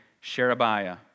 Sherebiah